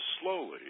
slowly